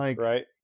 right